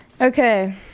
Okay